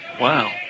Wow